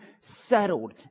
settled